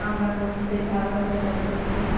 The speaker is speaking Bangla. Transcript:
আমরা পশুদের ভালোভাবে যত্ন নিই